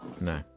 No